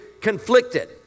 conflicted